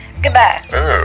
Goodbye